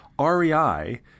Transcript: REI